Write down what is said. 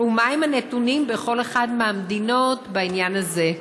4. מהם הנתונים בכל אחת מהמדינות בעניין זה?